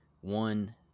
one